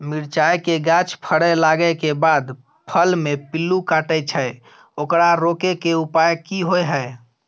मिरचाय के गाछ फरय लागे के बाद फल में पिल्लू काटे छै ओकरा रोके के उपाय कि होय है?